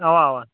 اَوا اَوا